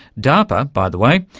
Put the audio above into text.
darpa, by the way,